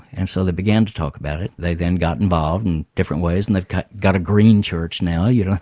and so they began to talk about it. they then got involved in different ways and they've got got a green church now, you know.